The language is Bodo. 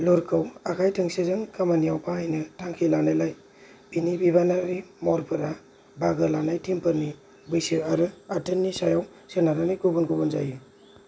लुरखौ आखाय थोंसेजों खामानियाव बाहायनो थांखि लानायलाय बिनि बिबानारि महरफोरा बाहागो लानाय टीमफोरनि बैसो आरो आथोननि सायाव सोनारनानै गुबुन गुबुन जायो